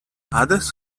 others